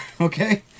Okay